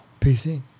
PC